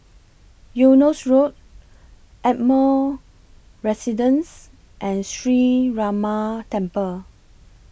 Eunos Road Ardmore Residence and Sree Ramar Temple